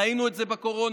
ראינו את זה בקורונה.